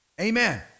Amen